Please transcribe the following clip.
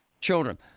children